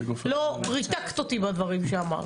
ריסקת אותי בדברים שאמרת.